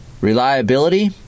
Reliability